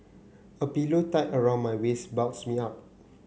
a pillow tied around my waist bulks me up